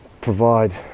provide